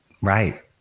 Right